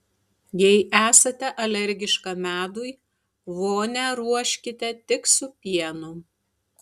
jei esate alergiška medui vonią ruoškite tik su pienu